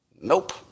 Nope